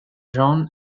john